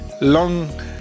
long